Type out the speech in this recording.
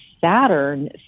Saturn